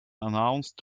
announced